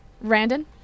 Randon